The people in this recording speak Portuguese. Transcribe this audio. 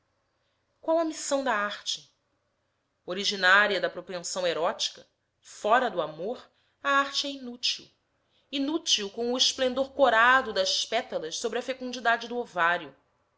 qual a missão da arte originaria da propensão erótica fora do amor a arte é inútil inútil como o esplendor corado das pétalas sobre a fecundidade do ovário